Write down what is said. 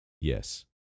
Yes